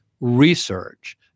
research